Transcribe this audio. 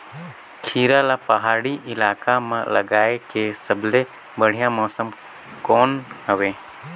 खीरा ला पहाड़ी इलाका मां लगाय के सबले बढ़िया मौसम कोन हवे?